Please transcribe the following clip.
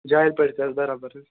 جالہِ پٔٹۍ تہِ حظ برابر حظ